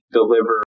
deliver